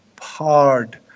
hard